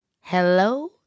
Hello